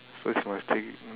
first must take